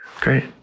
Great